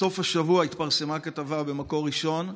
בסוף השבוע התפרסמה כתבה במקור ראשון,